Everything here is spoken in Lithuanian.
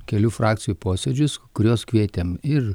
kelių frakcijų posėdžius kuriuos kvietėm ir